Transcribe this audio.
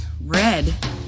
Red